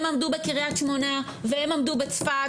הם עמדו בקריית שמונה והם עמדו בצפת